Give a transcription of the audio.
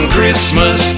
Christmas